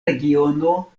regiono